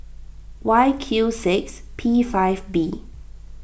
Y Q six P five B